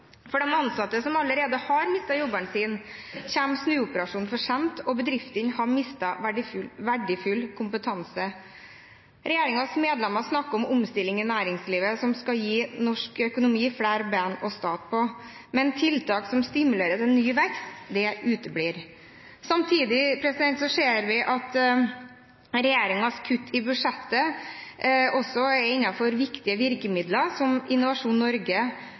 For de ansatte som allerede har mistet jobben sin, kommer snuoperasjonen for sent, og bedriftene har mistet verdifull kompetanse. Regjeringens medlemmer snakker om omstilling i næringslivet som skal gi norsk økonomi flere bein å stå på, men tiltak som stimulerer til ny vekst, uteblir. Samtidig ser vi at regjeringens kutt i budsjettet også er innenfor viktige virkemidler – som Innovasjon Norge,